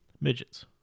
Midgets